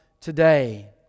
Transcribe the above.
today